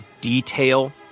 detail